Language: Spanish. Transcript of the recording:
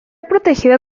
protegido